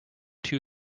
two